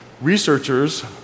researchers